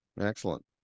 Excellent